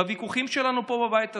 בוויכוחים שלנו פה, בבית הזה,